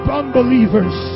unbelievers